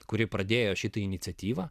kuri pradėjo šitą iniciatyvą